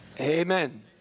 Amen